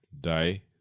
die